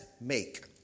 make